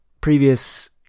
previous